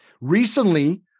Recently